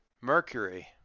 Mercury